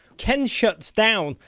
ken shuts down,